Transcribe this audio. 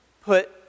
put